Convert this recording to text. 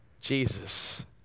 Jesus